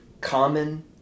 common